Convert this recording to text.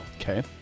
Okay